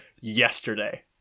yesterday